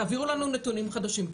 תעבירו לנו נתונים חדשים,